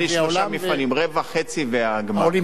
נדמה לי שלושה מפעלים, רבע, חצי והגמר.